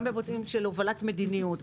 גם בהיבטים של הובלת מדיניות,